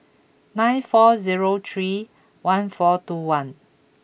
nine four zero three one four two one